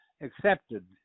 accepted